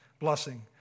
blessing